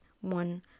one